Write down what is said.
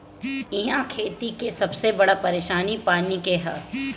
इहा खेती के सबसे बड़ परेशानी पानी के हअ